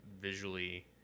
visually